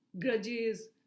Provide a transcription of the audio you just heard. Grudges